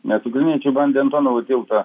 nes ukrainiečiai bandė antonovo tiltą